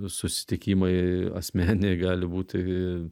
susitikimai asmeniniai gali būti